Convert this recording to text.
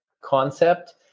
concept